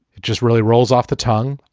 it just really rolls off the tongue.